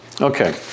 Okay